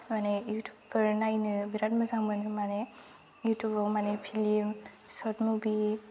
माने युटुबफोर नायनो बिराद मोजां मोनो माने युटुबाव माने फिल्म नुयो सर्ट मुभि